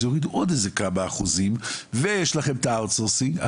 יורידו עוד איזה כמה אחוזים ויש לכם את האאוט סורסינג,